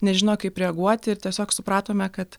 nežino kaip reaguoti ir tiesiog supratome kad